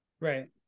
Right